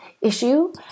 issue